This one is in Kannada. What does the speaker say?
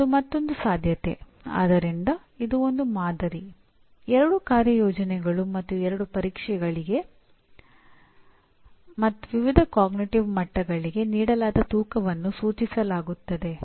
ಏಕೆಂದರೆ ನೀವು ತುಂಬಾ ವಿವರವಾಗಿ ವ್ಯಾಖ್ಯಾನಿಸುತ್ತಿರುವುದರಿಂದ ಇದನ್ನು ಸ್ಟ್ರೈಟ್ ಜಾಕೆಟ್ ಎಂದು ಪರಿಗಣಿಸಲಾಗುತ್ತದೆ